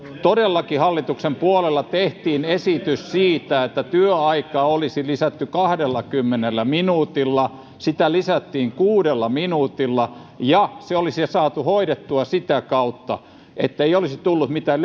todellakin hallituksen puolella tehtiin esitys että työaikaa olisi lisätty kahdellakymmenellä minuutilla sitä lisättiin kuudella minuutilla ja se olisi saatu hoidettua sitä kautta ettei olisi tullut mitään